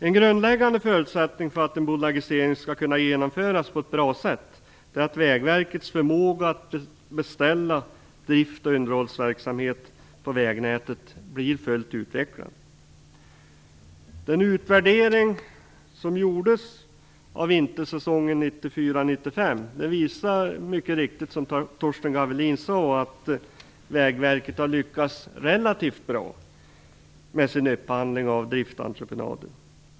En grundläggande förutsättning för att en bolagisering skall kunna genomföras på ett bra sätt är att Vägverkets förmåga att beställa drift och underhållsverksamhet på vägnätet blir fullt utvecklad. Den utvärdering som gjordes av vintersäsongen 1994/95 visar, som Torsten Gavelin sade, mycket riktigt att Vägverket har lyckats relativt bra med sin upphandling av driftentreprenader.